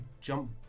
jump